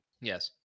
Yes